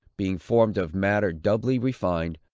being formed of matter doubly refined,